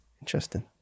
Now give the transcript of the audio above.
interesting